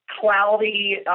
cloudy